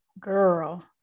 girl